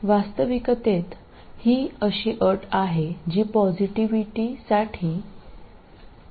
वास्तविकतेत ही अशी अट आहे जी पॅसिविटीसाठी आवश्यक आहे